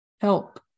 help